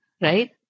right